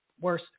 worse